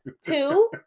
Two